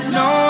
no